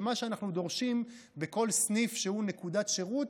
של מה שאנחנו דורשים בכל סניף שהוא נקודת שירות,